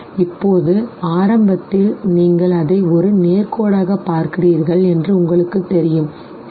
இப்போது ஆரம்பத்தில் நீங்கள் அதை ஒரு நேர் கோடாகப் பார்க்கிறீர்கள் என்று உங்களுக்குத் தெரியும் சரி